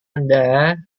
anda